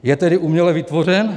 Je tedy uměle vytvořen?